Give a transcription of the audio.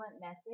message